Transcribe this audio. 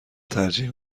ترجیح